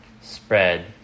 spread